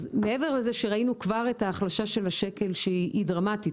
ראינו כבר את ההחלשה של השקל שהיא דרמטית.